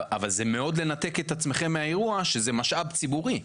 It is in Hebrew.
אבל זה מאוד לנתק את עצמכם מהאירוע שזה משאב ציבורי.